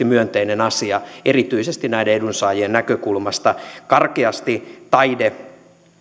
myönteinen asia erityisesti näiden edunsaajien näkökulmasta karkeasti taide